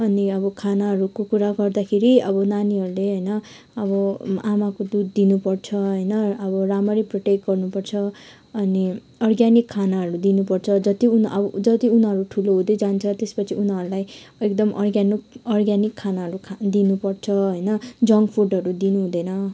अनि अब खानाहरूको कुरा गर्दाखेरि अब नानीहरूले अब आमाको दुध दिनुपर्छ होइन अब राम्ररी प्रोटेक्ट गर्नुपर्छ अनि अर्ग्यानिक खानाहरू दिनुपर्छ जति उनी अब जति उनीहरू ठुलो हुँदै जान्छ त्यसपछि उनीहरूलाई एकदम अर्ग्यानिक अर्ग्यानिक खानाहरू दिनुपर्छ होइन जङ्क फुडहरू दिनु हुँदैन